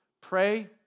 Pray